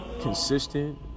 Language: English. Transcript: consistent